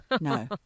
No